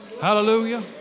hallelujah